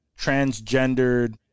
transgendered